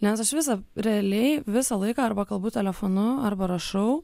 nes aš visa realiai visą laiką arba kalbu telefonu arba rašau